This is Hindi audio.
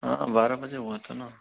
हाँ बारह बजे हुआ था ना